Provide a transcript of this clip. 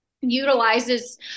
utilizes